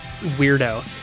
weirdo